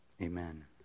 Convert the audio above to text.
amen